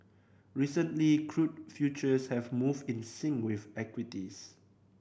recently crude futures have moved in sync with equities